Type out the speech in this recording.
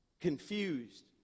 Confused